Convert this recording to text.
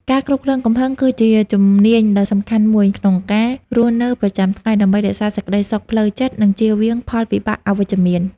ការគ្រប់គ្រងកំហឹងគឺជាជំនាញដ៏សំខាន់មួយក្នុងការរស់នៅប្រចាំថ្ងៃ ដើម្បីរក្សាសេចក្តីសុខផ្លូវចិត្ត និងជៀសវាងផលវិបាកអវិជ្ជមាន។